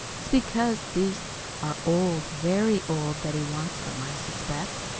it's because these are old, very old, that he wants them, i suspect.